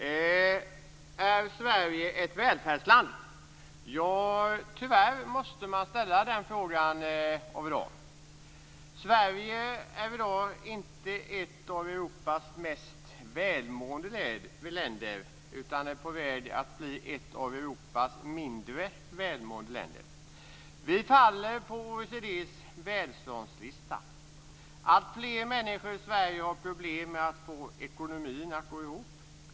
Fru talman! Är Sverige ett välfärdsland? Tyvärr måste man ställa den frågan i dag. Sverige är i dag inte ett av Europas mest välmående länder, utan är på väg att bli ett av Europas mindre välmående länder. Vi faller på OECD:s välståndslista. Alltfler människor i Sverige har problem med att få ekonomin att gå ihop.